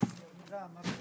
14:10.